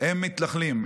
הם מתנחלים,